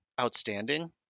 outstanding